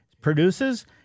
produces